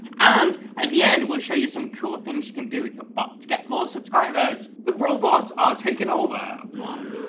and at the end, we'll show you some cool things you can do with a bot to get more subscribers. the robots are takin' over!